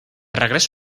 regreso